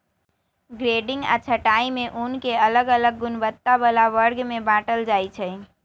grading आऽ छँटाई में ऊन के अलग अलग गुणवत्ता बला वर्ग में बाटल जाइ छइ